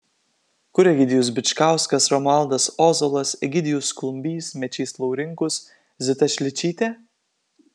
kur egidijus bičkauskas romualdas ozolas egidijus klumbys mečys laurinkus zita šličytė